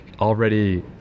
already